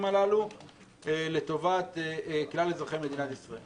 הללו לטובת כלל אזרחי מדינת ישראל.